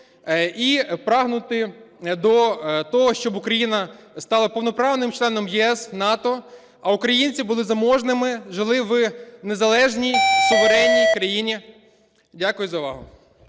і прагнути до того, щоб Україна стала повноправним членом ЄС, в НАТО, а українці були заможними, жили в незалежній суверенній країні. Дякую за увагу.